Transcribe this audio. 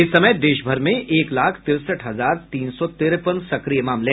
इस समय देशभर में एक लाख तिरेसठ हजार तीन सौ तिरेपन सक्रिय मामले हैं